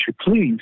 Please